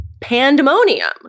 pandemonium